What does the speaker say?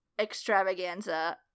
extravaganza